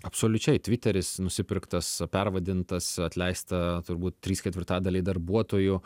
absoliučiai tviteris nusipirktas pervadintas atleista turbūt trys ketvirtadaliai darbuotojų